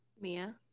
mia